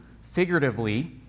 figuratively